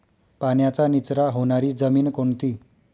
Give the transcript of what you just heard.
पाण्याचा निचरा होणारी जमीन कोणती?